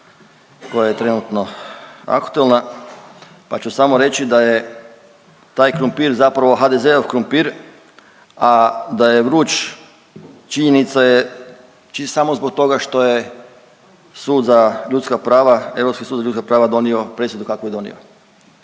koja je trenutno aktualna pa ću samo reći da je taj krumpir zapravo HDZ-ov krumpir, a da je vruć činjenica je samo zbog toga što je sud za ljudska prava, Europski sud za ljudska prava donio presudu kakvu je donio.